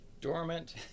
Dormant